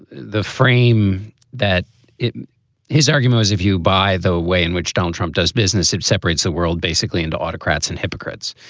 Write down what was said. the frame that his argument is, if you, by the way, in which donald trump does business, it separates the world basically into autocrats and hypocrites.